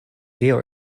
tio